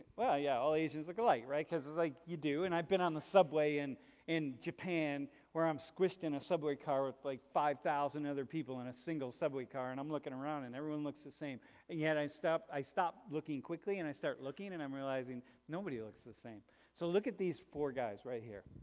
well yeah, all asians look alike, right? because it's like you do. and i've been on the subway in japan where i'm squished in a subway car with like five thousand other people in a single subway car and i'm looking around and everyone looks the same and yet i stopped, i stopped looking quickly and i start looking and i'm realizing nobody looks the same so look at these four guys right here.